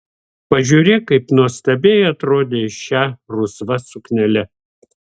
pažiūrėk kaip nuostabiai atrodei šia rusva suknele